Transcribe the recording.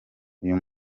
uyu